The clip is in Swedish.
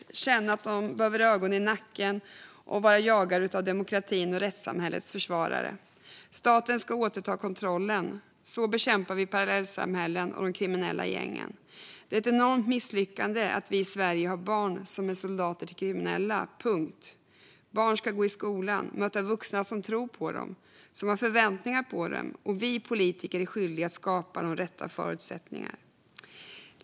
De ska känna att de behöver ha ögon i nacken och att de är jagade av demokratins och rättssamhällets försvarare. Staten ska återta kontrollen. Så bekämpar vi parallellsamhällen och de kriminella gängen. Det är ett enormt misslyckande att vi i Sverige har barn som är soldater åt kriminella - punkt. Barn ska gå i skolan och möta vuxna som tror på dem och har förväntningar på dem. Vi politiker är skyldiga att skapa de rätta förutsättningarna.